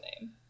name